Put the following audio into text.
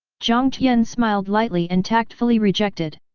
jiang tian smiled lightly and tactfully rejected.